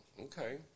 Okay